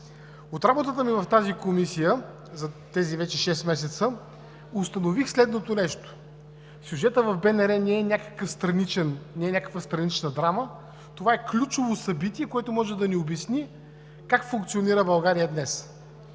От работата ми в Комисията за тези вече шест месеца установих следното нещо: сюжетът в БНР не е някаква странична драма, това е ключово събитие, което може да ни обясни как функционира България днес,